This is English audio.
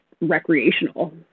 recreational